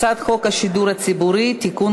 הצעת חוק השידור הציבורי (תיקון,